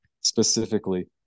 specifically